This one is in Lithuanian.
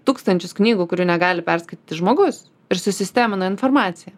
tūkstančius knygų kurių negali perskaityti žmogus ir susistemino informaciją